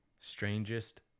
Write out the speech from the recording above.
Strangest